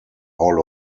hall